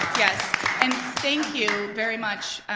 yes. and thank you very much,